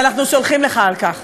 ואנחנו סולחים לך על כך,